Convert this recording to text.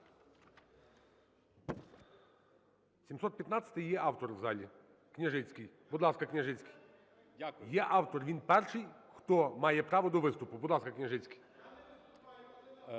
715-ї є автор в залі, Княжицький. Будь ласка, Княжицький. Є автор, він перший, хто має право до виступу. Будь ласка, Княжицький.